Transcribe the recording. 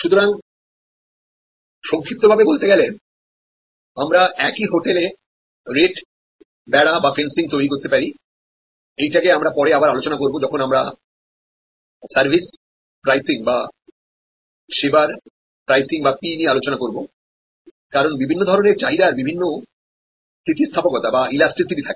সুতরাংসংক্ষিপ্ত ভাবে বলতে গেলে আমরা একই হোটেলে রেট ফেন্সিং তৈরি করতে পারি এইটা কে আমরা পরে আবার আলোচনা করব যখন আমরা পরিষেবার প্রাইসিং বা P নিয়ে আলোচনা করব কারণ বিভিন্ন ধরণেরচাহিদার বিভিন্ন স্থিতিস্থাপকতা বা ইলাস্টিসিটি থাকে